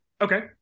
Okay